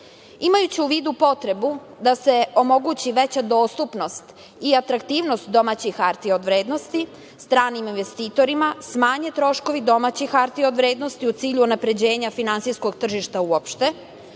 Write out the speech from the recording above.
u vidu potrebu da se omogući veća dostupnost i atraktivnost domaće hartije od vrednosti, stranim investitorima, smanje troškovi domaćih hartija od vrednosti u cilju unapređenja finansijskog tržišta uopšte,